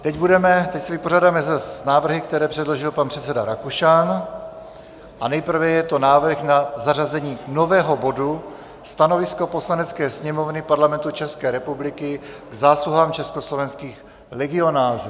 Teď se vypořádáme s návrhy, které předložil pan předseda Rakušan, a nejprve je to návrh na zařazení nového bodu Stanovisko Poslanecké sněmovny Parlamentu České republiky k zásluhám československých legionářů.